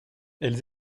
elles